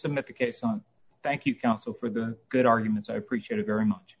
the case thank you counsel for the good arguments i appreciate it very much